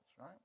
right